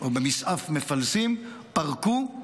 במסעף מפלסים, פרקו,